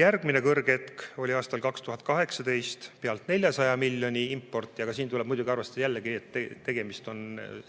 järgmine kõrghetk oli aastal 2018, pealt 400 miljonit importi, aga siin tuleb muidugi arvestada, et tegemist on